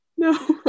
No